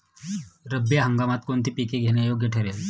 रब्बी हंगामात कोणती पिके घेणे योग्य ठरेल?